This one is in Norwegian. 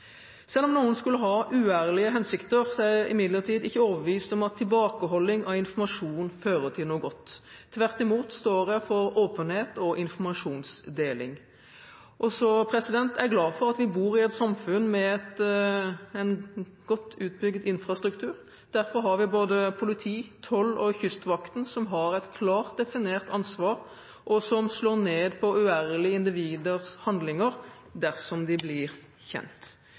Selv om noen skulle ha uærlige hensikter, er jeg imidlertid ikke overbevist om at tilbakeholding av informasjon fører til noe godt. Tvert imot står jeg for åpenhet og informasjonsdeling. Og jeg glad for at vi bor i et samfunn med en godt utbygd infrastruktur. Derfor har vi politi, tollvesenet og Kystvakten, som har et klart definert ansvar, og som slår ned på uærlige individers handlinger, dersom de blir kjent.